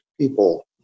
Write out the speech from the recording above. people